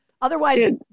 Otherwise